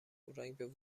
پورنگ